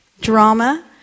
drama